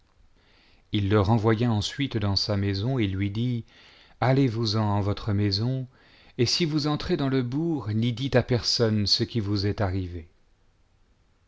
il le renvoya ensuite dans sa maison et lui dit allezvous en en votre maison et si vous entrez dans le bourg n'y dites à personne ce qui vous est arrivé